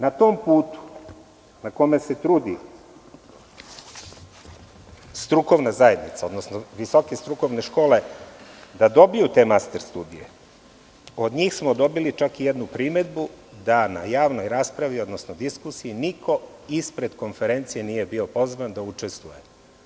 Na tom putu na kome se trudi strukovna zajednica odnosno visoke strukovne škole da dobiju te master studije, od njih smo dobili čak jednu primedbu da na javnoj raspravi, odnosno diskusiji niko ispred konferencije nije bio poznat da učestvuje.